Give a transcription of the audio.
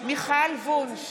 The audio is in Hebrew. מיכל וונש,